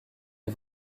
est